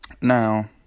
Now